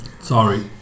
Sorry